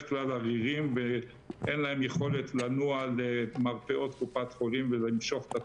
כלל עריריים ואין להם יכולת לנוע למרפאות קופות החולים ולמשוך את התרופות.